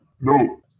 No